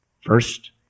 First